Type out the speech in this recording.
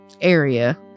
area